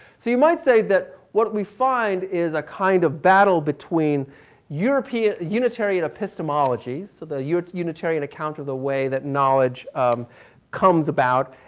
so you might say that what we find is a kind of battle between european, unitarian epistemology, so the unitarian account of the way that knowledge comes about.